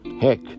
Heck